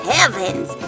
Heavens